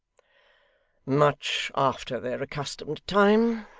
much after their accustomed time.